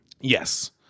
Yes